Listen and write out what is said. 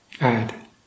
add